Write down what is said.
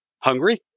hungry